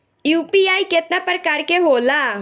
UPI केतना प्रकार के होला?